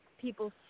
people